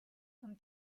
comme